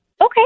Okay